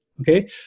Okay